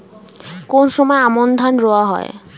কোন সময় আমন ধান রোয়া হয়?